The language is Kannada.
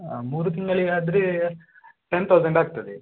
ಹಾಂ ಮೂರು ತಿಂಗಳಿಗೆ ಆದರೆ ಟೆನ್ ತೌಸಂಡ್ ಆಗ್ತದೆ